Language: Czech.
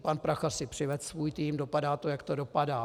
Pan Prachař si přivedl svůj tým, dopadá to, jak to dopadá.